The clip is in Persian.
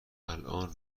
الان